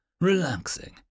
relaxing